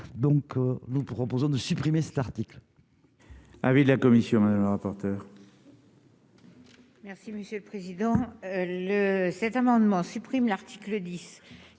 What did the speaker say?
donc nous proposons de supprimer cet article.